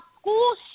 school